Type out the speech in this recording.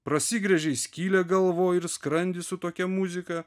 pasigręžei skylę galvoj ir skrandy su tokia muzika